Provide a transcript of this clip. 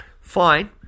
fine